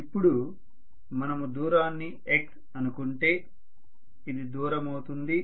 ఇప్పుడు మనము దూరాన్ని x అనుకుంటే ఇది దూరం అవుతుంది